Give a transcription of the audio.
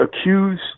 accuse